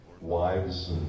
wives